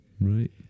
Right